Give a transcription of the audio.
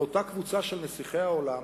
על אותה קבוצה של נסיכי העולם